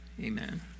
amen